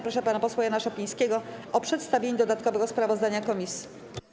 Proszę pana posła Jana Szopińskiego o przedstawienie dodatkowego sprawozdania komisji.